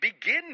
Begin